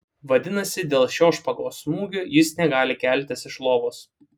vadinasi dėl šio špagos smūgio jis negali keltis iš lovos